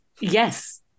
Yes